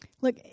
Look